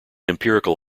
empirical